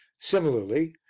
similarly,